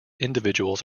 individuals